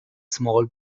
small